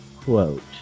quote